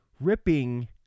ripping